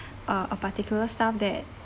uh a particular stuff that